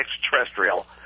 extraterrestrial